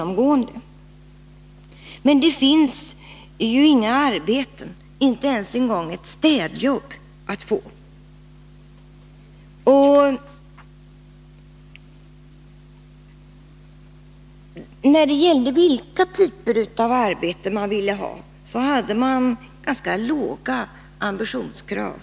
Men det finns ju inga arbeten, inte ens ett städjobb, att få. Det framkom också av svaren på den frågan att ungdomarna hade en ganska låg ambitionsnivå.